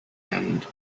end